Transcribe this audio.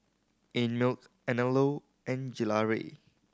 Einmilk Anello and Gelare